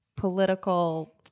political